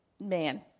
man